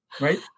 right